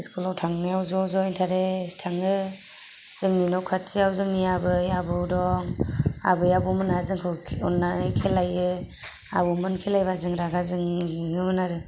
स्कुलाव थांनायाव ज' ज' इन्थारेस्ट थाङो जोंनि न' खाथियाव जोंनि आबै आबौ दं आबै आबौमोनहा जोंखौ अननानै खेलायो आबौमोन खेलायबा जों रागा जोङोमोन आरो